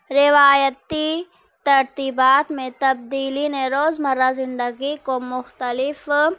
روایتی ترتیبات میں تبدیلی نے روز مرہ زندگی کو مختلف